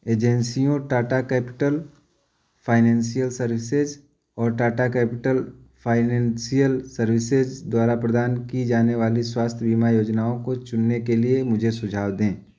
एजेंसियों Tata Capital Financial Services और Tata Capital Financial Services द्वारा प्रदान की जाने वाली स्वास्थ्य बीमा योजनाओं को चुनने के लिए मुझे सुझाव दें